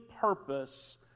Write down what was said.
purpose